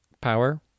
power